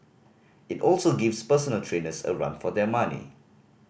it also gives personal trainers a run for their money